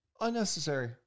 Unnecessary